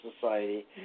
society